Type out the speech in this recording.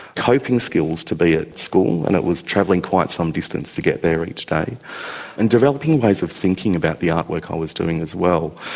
coping skills to be at school, and it was travelling quite some distance to get there each day and developing ways of thinking about the art work i ah was doing as well.